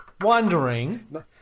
wondering